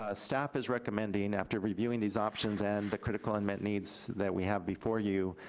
ah staff is recommending after reviewing these options and the critical unmet needs that we have before you